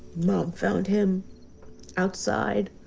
mom found him outside,